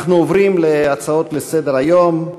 אנחנו עוברים להצעות לסדר-היום.